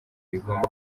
rigomba